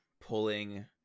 pulling